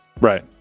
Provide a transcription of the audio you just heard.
right